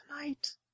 tonight